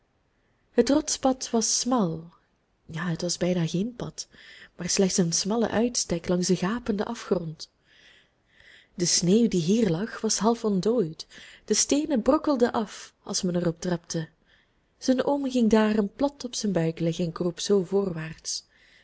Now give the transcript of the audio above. het rotspad was smal ja het was bijna geen pad maar slechts een smalle uitstek langs den gapenden afgrond de sneeuw die hier lag was half ontdooid de steenen brokkelden af als men er op trapte zijn oom ging daarom plat op zijn buik liggen en kroop zoo voorwaarts